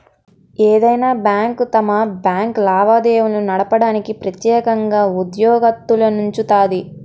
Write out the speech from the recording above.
ఏదైనా బ్యాంకు తన బ్యాంకు లావాదేవీలు నడపడానికి ప్రెత్యేకంగా ఉద్యోగత్తులనుంచుతాది